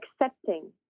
accepting